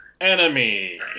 Enemy